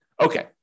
Okay